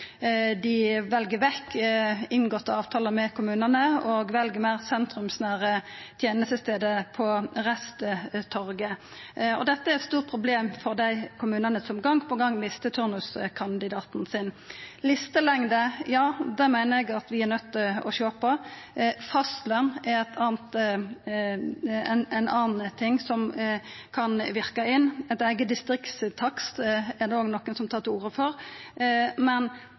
dei kommunane som gong på gong mistar turnuskandidaten sin. Listelengda meiner eg at vi er nøydde til å sjå på. Fastløn er ein annan ting som kan verka inn. Ein eigen distriktstakst er det òg nokre som tar til orde for. Men